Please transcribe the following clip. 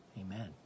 Amen